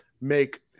make